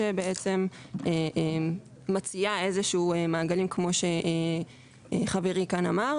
שבעצם מציעה איזה שהם מעגלים כמו שחברי כאן אמר,